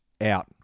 out